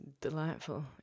delightful